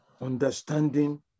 understanding